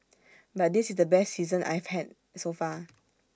but this is the best season I have had so far